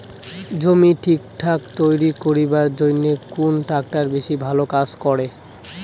জমি ঠিকঠাক তৈরি করিবার জইন্যে কুন ট্রাক্টর বেশি ভালো কাজ করে?